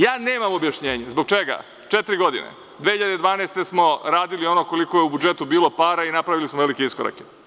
Ja nemam objašnjenje zbog čega četiri godine, a godine 2012. smo radili ono koliko je u budžetu bilo para i napravili smo velike iskorake.